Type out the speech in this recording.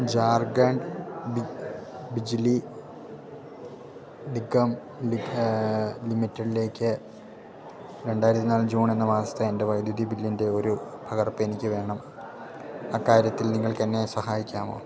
ജാർഖണ്ഡ് ബിജ്ലി നിഗം ലിമിറ്റഡിലേക്ക് രണ്ടായിരത്തി നാല് ജൂൺ എന്ന മാസത്തെ എൻ്റെ വൈദ്യുതി ബില്ലിൻ്റെ ഒരു പകർപ്പെനിക്കു വേണം അക്കാര്യത്തിൽ നിങ്ങൾക്കെന്നെ സഹായിക്കാമോ